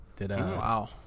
Wow